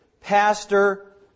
pastor